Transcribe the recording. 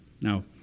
Now